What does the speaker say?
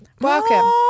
Welcome